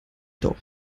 doch